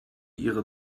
ihre